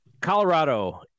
Colorado